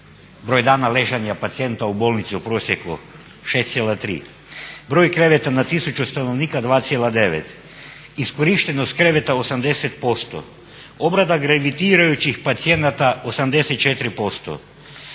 broj dana ležanja pacijenta u bolnici u prosjeku 6,3, broj kreveta na tisuću stanovnika 2,9, iskorištenost kreveta 80%, obrada grevitirajućih pacijenata 84%,